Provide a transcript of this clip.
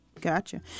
Gotcha